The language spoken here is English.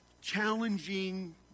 challenging